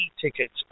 tickets